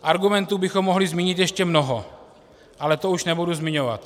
Argumentů bychom mohli zmínit ještě mnoho, ale to už nebudu zmiňovat.